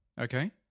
Okay